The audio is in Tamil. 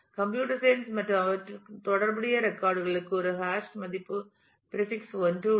கம்ப்யூட்டர் சயின்ஸ் மற்றும் அவற்றுடன் தொடர்புடைய ரெக்கார்ட் களுக்கு ஒரு ஹாஷ் மதிப்பு பிரீபிக்ஸ் 1 உள்ளது